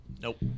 Nope